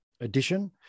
edition